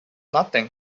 nothing